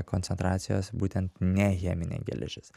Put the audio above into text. koncentracijos būtent ne cheminė geležis